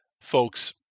folks